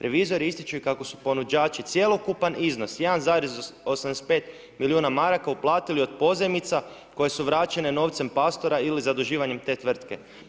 Revizori ističu i kako su ponuđači cjelokupan iznos 1,85 milijuna maraka uplatili od pozajmica koje su vraćene novcem Pastora ili zaduživanjem te tvrtke.